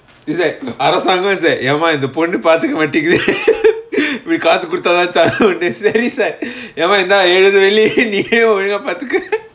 is like அரசாங்கோ:arasaango is a ஏமா இந்த பொண்ணு பாத்துக மாட்டிங்குது:yaemaa intha ponnu paathuka maatinguthu we காசு குடுத்தாதா:kaasu kuduthatha charge உண்டு சரி:undu sari sir ஏமா இந்தா எழுது வெளிய நீயே ஒழுங்கா பாத்துக்கோ:yaemaa intha eluthu veliya neeyae olungaa paathukko